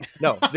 No